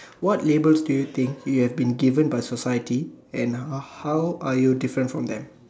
what labels do you think you have been given by society and how are you different from them